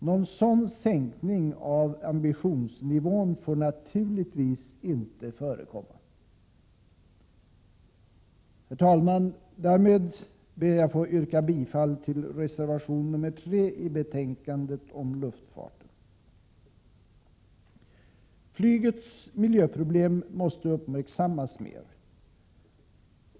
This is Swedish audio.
Någon sådan sänkning av ambitionsnivån får naturligtvis inte förekomma. Herr talman! Därmed ber jag att få yrka bifall till reservation 3 i betänkandet om luftfarten. Flygets miljöproblem måste uppmärksammas mer.